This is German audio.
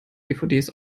dvds